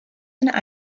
and